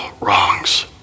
wrongs